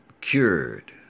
cured